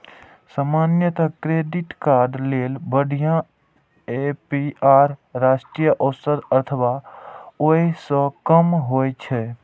सामान्यतः credit card लेल बढ़िया ए.पी.आर राष्ट्रीय औसत अथवा ओइ सं कम होइ छै